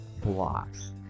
blocks